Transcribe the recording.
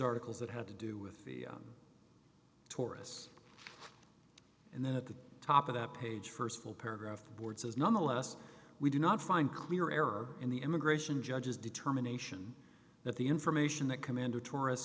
articles that have to do with the taurus and then at the top of that page first full paragraph board says nonetheless we do not find clear errors in the immigration judges determination that the information that commander tourists